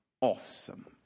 Awesome